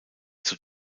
zur